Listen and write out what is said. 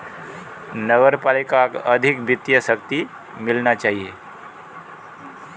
नगर पालिकाक अधिक वित्तीय शक्ति मिलना चाहिए